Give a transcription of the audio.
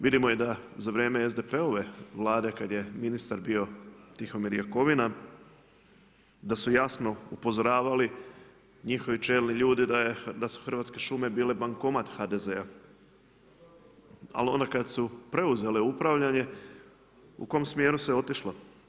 Vidimo da i za vrijeme SDP-ove vlade kada je ministar bio Tihomir Jakovina da su jasno upozoravali njihovi čelni ljudi da je da su Hrvatske šume bile bankomat HDZ-a, ali onda kada su preuzele upravljanje u kom smjeru se otišlo?